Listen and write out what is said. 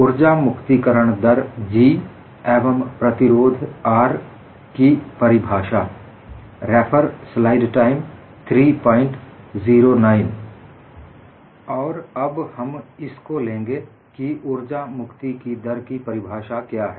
उर्जा मुक्तिकरण दर एवं प्रतिरोध ® की परिभाषा Definition of energy release rate and resistance ® और अब हम इसको लेंगे की ऊर्जा मुक्ति की दर की परिभाषा क्या है